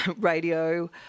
radio